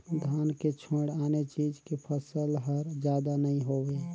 धान के छोयड़ आने चीज के फसल हर जादा नइ होवय